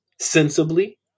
sensibly